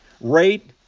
rate